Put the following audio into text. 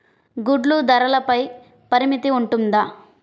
గుడ్లు ధరల పై పరిమితి ఉంటుందా?